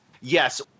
Yes